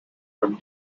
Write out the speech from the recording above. from